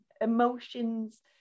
emotions